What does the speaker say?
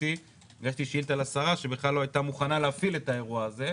הגשתי שאילתא לשרה - שלא היתה מוכנה להפעיל את האירוע הזה.